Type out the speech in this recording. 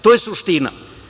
To je suština.